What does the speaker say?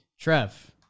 Trev